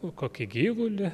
kokį gyvulį